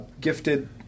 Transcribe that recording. gifted